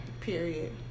period